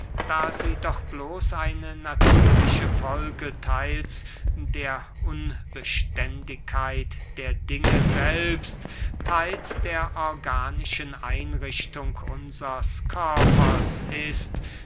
da sie doch bloß eine natürliche folge theils der unbeständigkeit der dinge selbst theils der organischen einrichtung unsers körpers ist